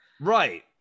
Right